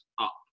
up